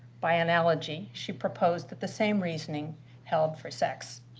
by analogy, she proposed that the same reasoning held for sex.